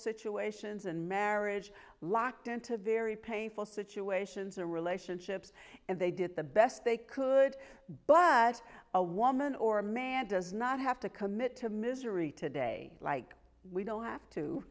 situations and marriage locked into very painful situations or relationships and they did the best they could but a woman or a man does not have to commit to misery today like we don't have to